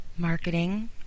Marketing